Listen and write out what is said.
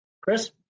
Chris